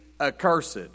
accursed